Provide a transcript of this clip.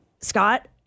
Scott